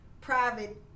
private